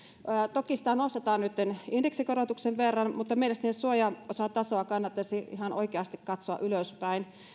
toki sitä nostetaan nytten indeksikorotuksen verran mutta mielestäni suojaosatasoa kannattaisi ihan oikeasti katsoa ylöspäin